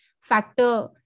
factor